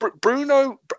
Bruno